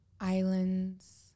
islands